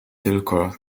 tylko